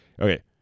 Okay